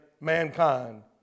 mankind